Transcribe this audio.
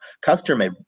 customer